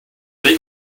they